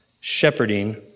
shepherding